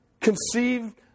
conceived